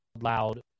loud